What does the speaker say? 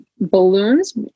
balloons